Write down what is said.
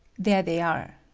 there they are.